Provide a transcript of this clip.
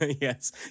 Yes